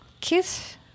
kiss